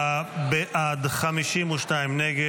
44 בעד, 52 נגד.